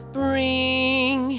bring